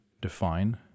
define